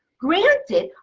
granted,